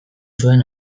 zuen